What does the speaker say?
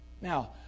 Now